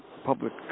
public